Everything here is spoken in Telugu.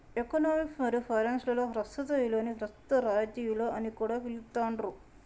ఎకనామిక్స్ మరియు ఫైనాన్స్ లలో ప్రస్తుత విలువని ప్రస్తుత రాయితీ విలువ అని కూడా పిలుత్తాండ్రు